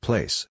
Place